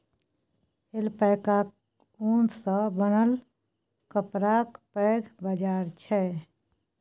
ऐल्पैकाक ऊन सँ बनल कपड़ाक पैघ बाजार छै